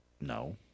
No